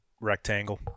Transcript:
rectangle